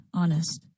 honest